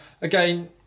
again